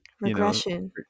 regression